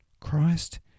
Christ